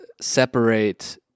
separate